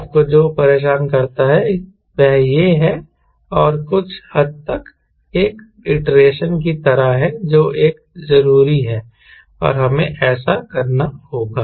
आपको जो परेशान करता है वह यह है और कुछ हद तक एक आईट्रेशन की तरह है जो एक जरूरी है और हमें ऐसा करना होगा